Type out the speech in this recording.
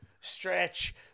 stretch